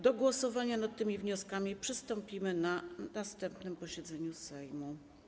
Do głosowania nad tymi wnioskami przystąpimy na następnym posiedzeniu Sejmu.